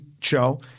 show